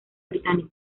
británico